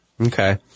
Okay